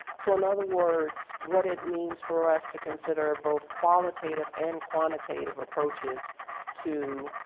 so in other words, what it means for us to consider both qualitative and quantitative approaches to